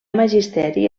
magisteri